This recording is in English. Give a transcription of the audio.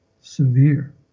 severe